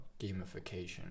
gamification